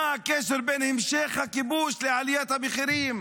מה הקשר בין המשך הכיבוש לעליית המחירים.